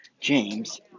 James